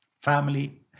family